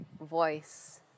voice